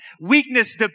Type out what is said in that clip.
Weakness